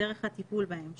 ודרך הטיפול בהם,